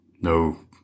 no